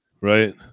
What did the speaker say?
right